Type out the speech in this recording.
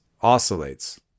oscillates